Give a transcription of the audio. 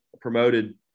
promoted